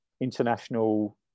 international